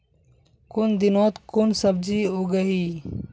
कुन दिनोत कुन सब्जी उगेई?